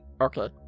okay